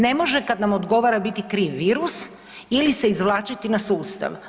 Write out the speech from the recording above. Ne može kad nam odgovara biti kriv virus ili se izvlačiti na sustav.